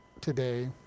today